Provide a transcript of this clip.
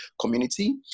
community